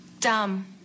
Dumb